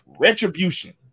retribution